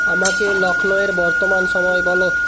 আমাকে লখনউয়ের বর্তমান সময় বলো